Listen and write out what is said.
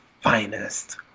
finest